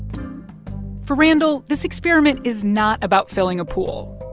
for randall, this experiment is not about filling a pool.